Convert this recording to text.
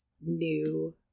new